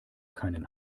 keinen